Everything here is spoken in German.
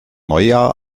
neujahr